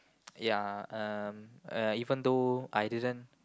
ya um uh even though I didn't